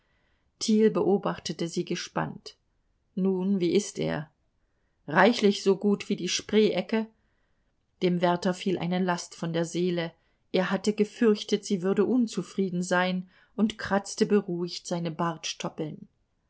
beobachtete sie gespannt nun wie ist er reichlich so gut wie die spree ecke dem wärter fiel eine last von der seele er hatte gefürchtet sie würde unzufrieden sein und kratzte beruhigt seine bartstoppeln